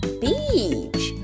beach